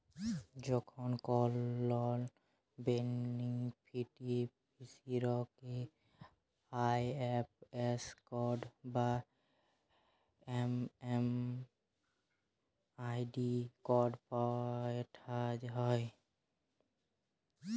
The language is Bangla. যখন কল লন বেনিফিসিরইকে আই.এফ.এস কড বা এম.এম.আই.ডি কড পাঠাল হ্যয়